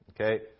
Okay